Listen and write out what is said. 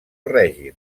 règim